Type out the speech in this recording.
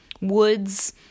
woods